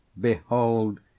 behold